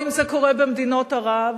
או אם זה קורה במדינות ערב,